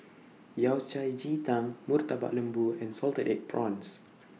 Yao Cai Ji Tang Murtabak Lembu and Salted Egg Prawns